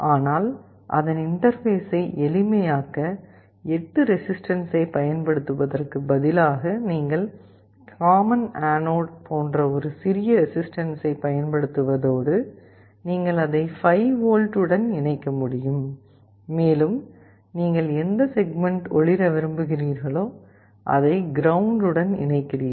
ஆனால் அதன் இன்டர்பேஸை எளிமையாக்க 8 ரெசிஸ்டன்ஸை பயன்படுத்துவதற்குப் பதிலாக நீங்கள் காமன் ஆனோட் போன்ற ஒரு சிறிய ரெசிஸ்டன்ஸை பயன்படுத்துவதோடு நீங்கள் அதை 5 V உடன் இணைக்க முடியும் மேலும் நீங்கள் எந்த செக்மெண்ட் ஒளிர விரும்புகிறீர்களோ அதை கிரவுண்ட் உடன் இணைக்கிறீர்கள்